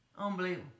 Unbelievable